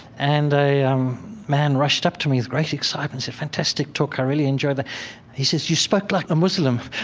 and a um man rushed up to me with great excitement. he's said, fantastic talk. i really enjoyed that he says, you spoke like a muslim